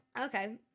Okay